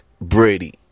Brady